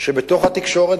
שבתוך התקשורת,